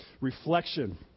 reflection